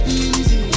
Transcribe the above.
easy